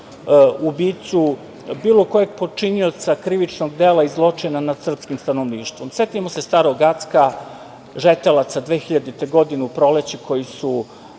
ubicu, bilo kojeg počinioca krivičnog dela i zločina nad srpskim stanovništvom. Setimo se Starog Gracka, žetelaca, 2000. godine u proleće, koji su